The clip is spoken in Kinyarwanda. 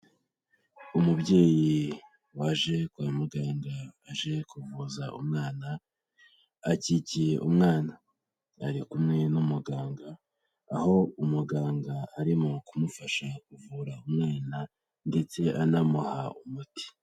Umubyeyi waje kwa muganga aje kuvuza umwana, akikiye umwana. Ari kumwe n'umuganga, aho umuganga arimo kumufasha mu kuvura umwana ndetse anamuha umuti.